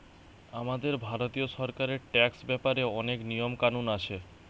আমাদের ভারতীয় সরকারের ট্যাক্স ব্যাপারে অনেক নিয়ম কানুন আছে